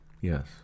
Yes